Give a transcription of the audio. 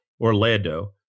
Orlando